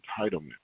entitlement